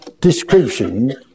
description